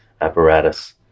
apparatus